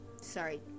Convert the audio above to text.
Sorry